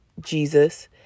Jesus